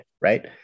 right